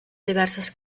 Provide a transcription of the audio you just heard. diverses